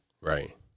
Right